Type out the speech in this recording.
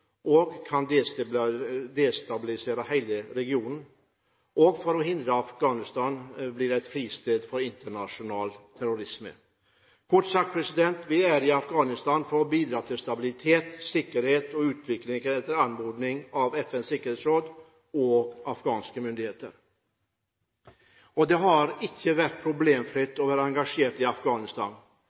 kan destabilisere hele regionen, og for å hindre at Afghanistan blir et fristed for internasjonal terrorisme. Kort sagt: Vi er i Afghanistan for å bidra til stabilitet, sikkerhet og utvikling etter anmodning fra FNs sikkerhetsråd og afghanske myndigheter. Det har ikke vært problemfritt å være engasjert i Afghanistan,